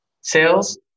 sales